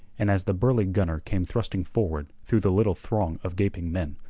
and as the burly gunner came thrusting forward through the little throng of gaping men,